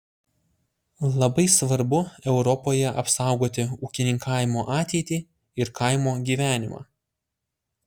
labai svarbu europoje apsaugoti ūkininkavimo ateitį ir kaimo gyvenimą